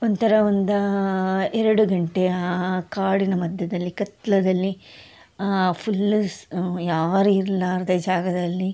ಒಂಥರ ಒಂದು ಎರಡು ಗಂಟೆ ಕಾಡಿನ ಮಧ್ಯದಲ್ಲಿ ಕತ್ಲಲ್ಲಿ ಫುಲ್ ಯಾರಿರ್ಲಾರದೆ ಜಾಗದಲ್ಲಿ